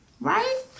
right